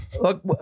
Look